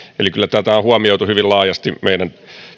eli kyllä tätä on huomioitu hyvin laajasti meidän